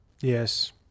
Yes